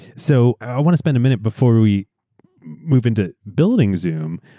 so i want to spend a minute before we move into building zoom.